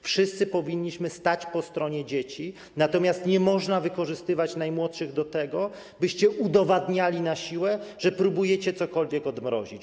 Wszyscy powinniśmy stać po stronie dzieci, natomiast nie można wykorzystywać najmłodszych do tego, byście udowadniali na siłę, że próbujecie cokolwiek odmrozić.